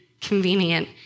convenient